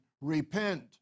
Repent